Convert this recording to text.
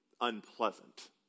unpleasant